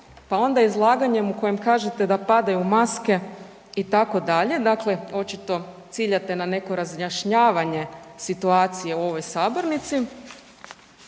pa onda izlaganjem u kojem kažete da padaju maske itd., dakle očito ciljate na neko razjašnjavanje situacije u ovoj sabornici.